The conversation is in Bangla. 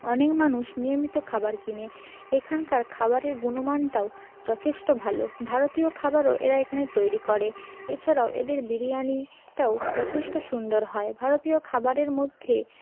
অনেক মানুষ নিয়মিত খাবার কিনে এইখানকার খাবারের গুণমানটাও যথেষ্ট ভালো ভারতীয় খাবারও এরা এখানে তৈরি করে এছাড়াও এদের বিরিয়ানি টাও যথেষ্ট সুন্দর হয় ভারতীয় খাবারের মধ্যে